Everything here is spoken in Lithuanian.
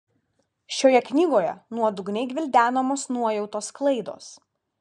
šioje knygoje nuodugniai gvildenamos nuojautos klaidos